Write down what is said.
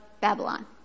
Babylon